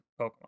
Pokemon